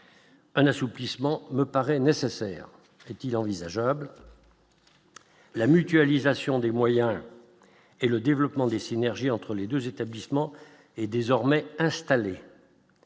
Un assouplissement me paraît nécessaire, est-il envisageable. La mutualisation des moyens, et le développement des synergies entre les 2 établissements est désormais installé.